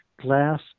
glass